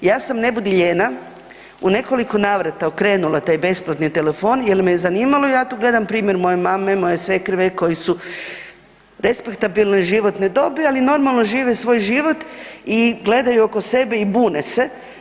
Ja sam ne budi lijena u nekoliko navrata okrenula taj besplatni telefon jer me je zanimalo, ja tu gledam primjer moje mame, moje svekrve koje su respektabilne životne dobi ali normalno žive svoj život i gledaju oko sebe i budne se.